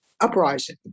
uprising